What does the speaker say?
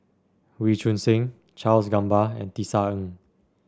Wee Choon Seng Charles Gamba and Tisa Ng